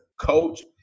coach